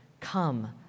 come